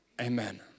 Amen